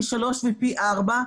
פי 3 ופי 4,